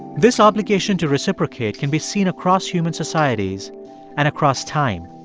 this obligation to reciprocate can be seen across human societies and across time.